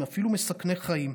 שהם אפילו מסכני חיים.